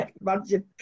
imagine